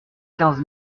quinze